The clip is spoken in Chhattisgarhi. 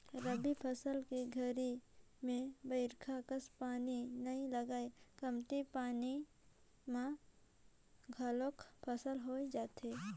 रबी फसल के घरी में बईरखा कस पानी नई लगय कमती पानी म घलोक फसल हो जाथे